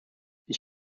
ich